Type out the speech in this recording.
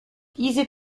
diese